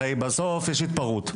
הרי בסוף יש התפרעות.